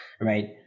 Right